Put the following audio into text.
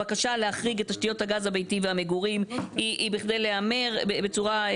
הבקשה להחריג את תשתיות הגז הביתי והמגורים היא בכדי להמר בצורה,